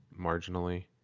marginally